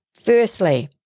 Firstly